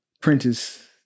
Prentice